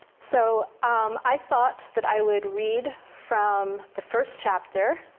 so um i thought that i would read from the first chapter.